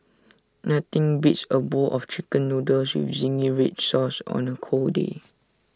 nothing beats A bowl of Chicken Noodles with Zingy Red Sauce on A cold day